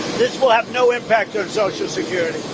this will have no impact on social security.